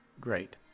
great